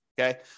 Okay